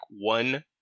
one